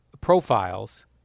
profiles